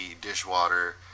dishwater